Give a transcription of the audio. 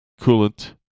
coolant